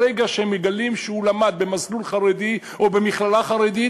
ברגע שמגלים שהוא למד במסלול חרדי או במכללה חרדית,